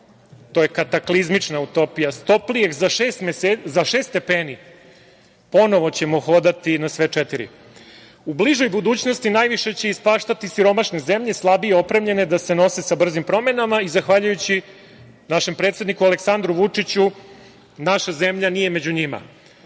to je kataklizmična utopija, toplijeg za šest stepeni ponovo ćemo hodati na sve četiri.U bližoj budućnosti najviše će ispaštati siromašne zemlje, slabije opremljene da se nose sa brzim promenama i zahvaljujući našem predsedniku Aleksandru Vučiću naša zemlja nije među